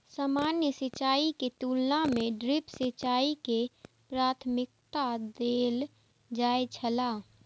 सामान्य सिंचाई के तुलना में ड्रिप सिंचाई के प्राथमिकता देल जाय छला